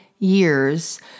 years